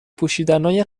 پوشیدنای